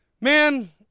Man